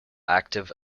active